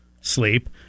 sleep